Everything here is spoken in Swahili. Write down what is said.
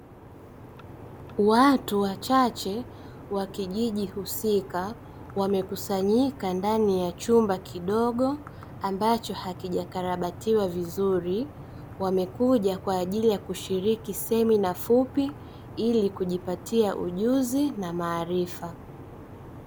Watu wachache wa kijiji husika, wamekusanyika ndani ya chumba kidogo; ambacho hakijakarabatiwa vizuri, wamekuja kwa ajili yakushiriki semina fupi ili kujipatia ujuzi na maarifa.